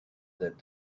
that